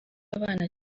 abana